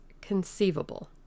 conceivable